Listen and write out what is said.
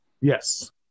Yes